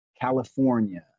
california